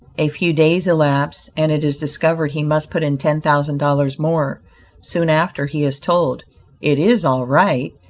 a few days elapse and it is discovered he must put in ten thousand dollars more soon after he is told it is all right,